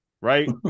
Right